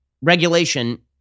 regulation